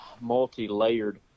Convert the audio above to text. multi-layered